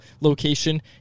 location